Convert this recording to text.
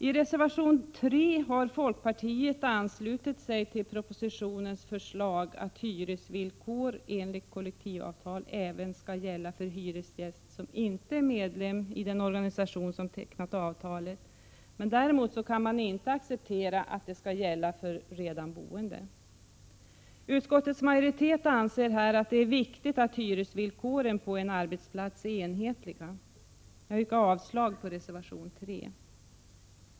I reservation 3 har folkpartiet anslutit sig till förslaget i propositionen, att hyresvillkor enligt kollektivavtal även skall gälla för hyresgäst som inte är medlem i den organisation som har tecknat avtalet. Däremot kan man inte acceptera att avtalet skall gälla för redan boende. Utskottets majoritet anser att det är viktigt att hyresvillkoren på en arbetsplats är enhetliga. Jag yrkar avslag på reservation 3.